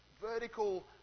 vertical